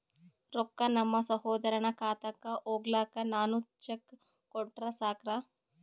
ರೊಕ್ಕ ನಮ್ಮಸಹೋದರನ ಖಾತಕ್ಕ ಹೋಗ್ಲಾಕ್ಕ ನಾನು ಚೆಕ್ ಕೊಟ್ರ ಸಾಕ್ರ?